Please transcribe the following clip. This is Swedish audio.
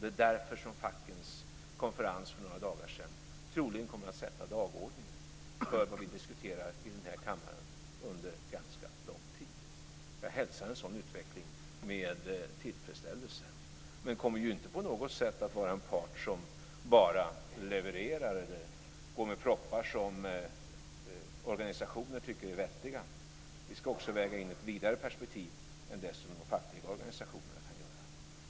Det är därför som fackens konferens för några dagar sedan troligen kommer att sätta dagordningen för det vi diskuterar i den här kammaren under ganska lång tid. Jag hälsar en sådan utveckling med tillfredsställelse. Men jag kommer inte på något sätt att vara en part som bara levererar eller går med propositioner som organisationer tycker är vettiga. Vi ska också väga in ett vidare perspektiv än det som de fackliga organisationerna kan göra.